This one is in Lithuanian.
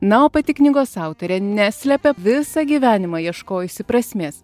na o pati knygos autorė neslepia visą gyvenimą ieškojusi prasmės